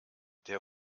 der